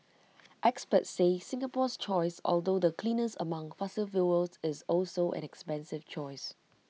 experts say Singapore's choice although the cleanest among fossil fuels is also an expensive choice